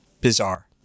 bizarre